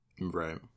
Right